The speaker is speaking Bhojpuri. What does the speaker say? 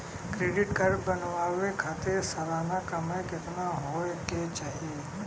क्रेडिट कार्ड बनवावे खातिर सालाना कमाई कितना होए के चाही?